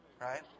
right